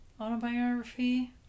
autobiography